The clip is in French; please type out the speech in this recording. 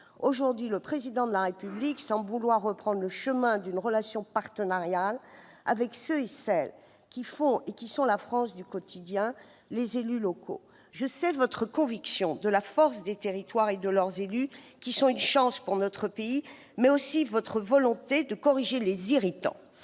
Aujourd'hui, le Président de la République semble vouloir reprendre le chemin d'une relation partenariale avec ceux et celles qui font et qui sont la France du quotidien, les élus locaux. Je sais votre conviction de la force des territoires et de leurs élus, qui sont une chance pour notre pays, mais aussi votre volonté de corriger les irritants,